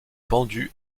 pendu